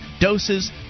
doses